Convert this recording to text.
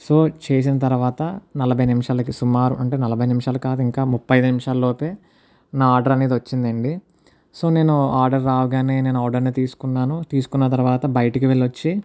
so చేసిన తర్వాత నలభై నిమిషాలకి సుమారు అంటే నలభై నిమిషాలు కాదు ఇంకా ముప్పై ఐదు నిమిషాలలోపే నా ఆర్డర్ అనేది వచ్చింది అండి సో నేను ఆర్డర్ రాగానే నేను ఆర్డర్ తీసుకున్నాను తీసుకున్న తర్వాత బయటికి వెళ్ళొచ్చి